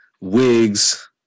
wigs